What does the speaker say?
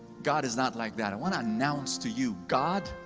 god is not like that. i want to announce to you god,